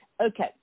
Okay